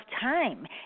time